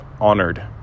honored